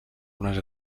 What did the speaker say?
unes